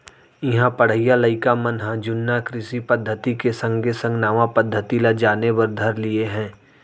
इहां पढ़इया लइका मन ह जुन्ना कृषि पद्धति के संगे संग नवा पद्धति ल जाने बर धर लिये हें